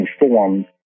informed